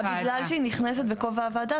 בגלל שהיא נכנסת בכובע הוועדה,